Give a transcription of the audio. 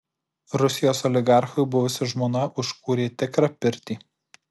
rusijos oligarchui buvusi žmona užkūrė tikrą pirtį